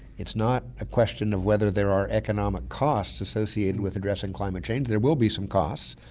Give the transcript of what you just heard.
it's not a question of whether there are economic costs associated with addressing climate change, there will be some costs,